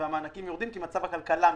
והמענקים יורדים כי מצב הכלכלה משתפר.